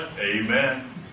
Amen